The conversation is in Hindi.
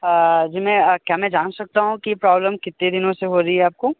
जी मैं क्या मैं जान सकता हूँ कि प्रॉब्लम कितने दिनों से हो रही है आपको